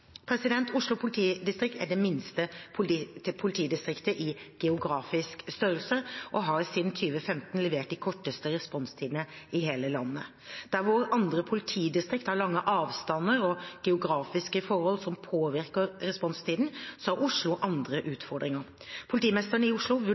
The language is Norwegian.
Oslo politidistrikt er det minste politidistriktet i geografisk størrelse og har siden 2015 levert de korteste responstidene i hele landet. Der hvor andre politidistrikt har lange avstander og geografiske forhold som påvirker responstiden, har Oslo andre